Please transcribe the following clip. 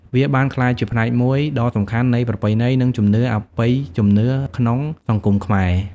វាបានក្លាយជាផ្នែកមួយដ៏សំខាន់នៃប្រពៃណី និងជំនឿអបិយជំនឿក្នុងសង្គមខ្មែរ។